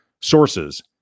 sources